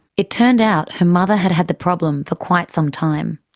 it turned out her mother had had the problem for quite some time.